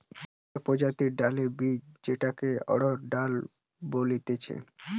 গটে প্রজাতির ডালের বীজ যেটাকে অড়হর ডাল বলতিছে